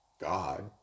God